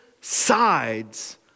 sides